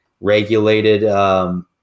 regulated